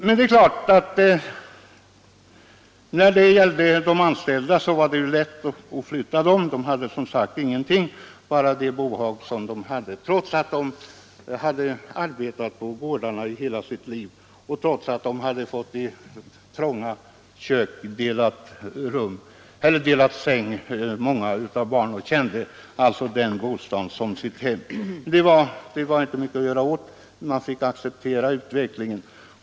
Men det är klart att de anställda var det lätt att flytta. De ägde ingenting mer än sitt bohag, fastän de hade arbetat på gårdarna i hela sitt liv, och trots att många av dem i sina trånga kök måst dela säng med barnen och alltså kände den bostaden som sitt hem, kunde de ingenting göra åt situationen, utan de fick acceptera utvecklingen.